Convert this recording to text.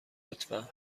لطفا